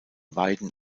weiden